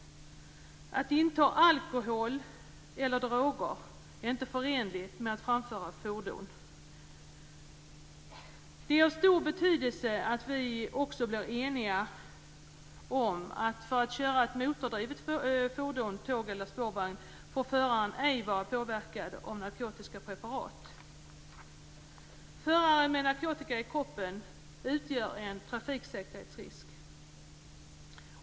Att inta alkohol eller droger är inte förenligt med att framföra fordon. Det är av stor betydelse att vi också blir eniga om att för att köra ett motordrivet fordon, tåg eller spårvagn får föraren ej vara påverkad av narkotiska preparat. Förare med narkotika i kroppen utgör en trafiksäkerhetsrisk.